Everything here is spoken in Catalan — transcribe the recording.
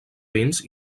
vins